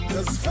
Cause